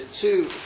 two